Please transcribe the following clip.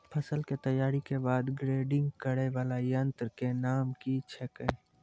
फसल के तैयारी के बाद ग्रेडिंग करै वाला यंत्र के नाम की छेकै?